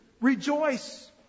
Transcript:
Rejoice